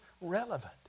relevant